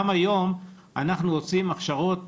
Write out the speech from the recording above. גם היום אנחנו עושים הכשרות,